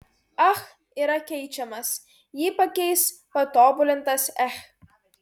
ach yra keičiamas jį pakeis patobulintas ech